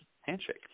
handshake